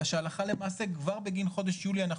אלא שהלכה למעשה כבר בגין חודש יולי אנחנו